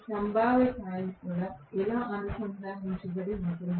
సంభావ్య కాయిల్ ఇలా అనుసంధానించబడి ఉంది